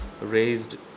raised